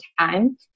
time